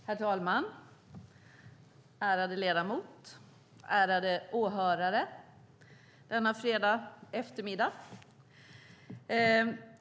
Herr talman, ärade ledamot och ärade åhörare denna fredagseftermiddag!